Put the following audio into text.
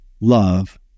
love